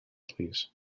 plîs